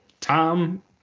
Tom